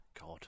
God